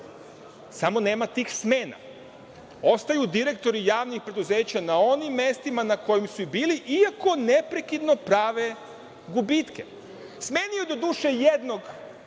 samo nema tih smena. Ostaju direktori javnih preduzeća na onim mestima na kojima su i bili, iako neprekidno prave gubitke. Smenio je, doduše, jednog